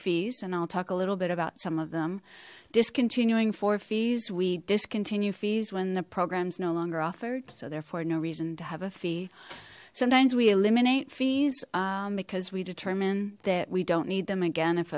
fees and i'll talk a little bit about some of them discontinuing for fees we discontinue fees when the program is no longer offered so therefore no reason to have a fee sometimes we eliminate fees because we determine that we don't need them again if